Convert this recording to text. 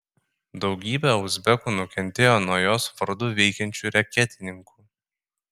daugybė uzbekų nukentėjo nuo jos vardu veikiančių reketininkų